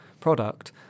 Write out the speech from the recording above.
product